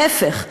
ההפך,